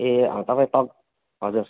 ए अँ तपाईँ तक हजुर